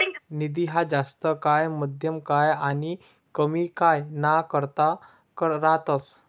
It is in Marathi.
निधी ह्या जास्त काय, मध्यम काय आनी कमी काय ना करता रातस